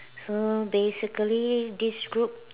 so basically this group